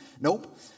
nope